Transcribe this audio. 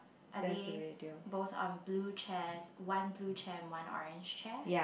are they both on blue chairs one blue chair and one orange chair